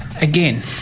Again